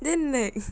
then like